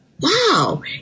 wow